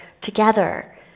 together